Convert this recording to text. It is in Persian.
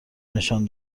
نشان